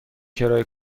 کرایه